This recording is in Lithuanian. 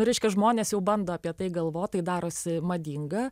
reiškia žmonės jau bando apie tai galvot tai darosi madinga